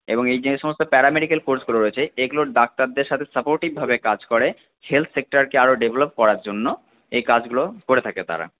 এবং এই যে সমস্ত প্যারা মেডিক্যাল কোর্সগুলো রয়েছে এগুলো ডাক্তারদের সাথে সাপোর্টিভভাবে কাজ করে হেলথ সেক্টরকে আরো ডেভেলপ করার জন্য এই কাজগুলো করে থাকে তারা